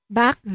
back